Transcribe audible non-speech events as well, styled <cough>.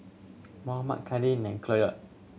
Mohammad Kadin <unintelligible> Cloyd